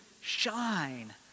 shine